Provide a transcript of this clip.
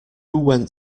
went